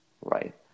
right